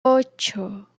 ocho